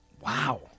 Wow